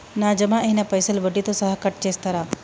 నా జమ అయినా పైసల్ వడ్డీతో సహా కట్ చేస్తరా?